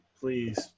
Please